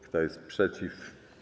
Kto jest przeciw?